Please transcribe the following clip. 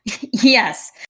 Yes